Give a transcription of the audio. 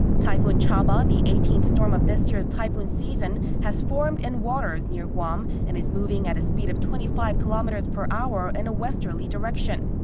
typhoon chaba, the eighteenth storm of this year's typhoon season has formed in waters near guam. and is moving at a speed of twenty five kilometers per hour in a westerly direction.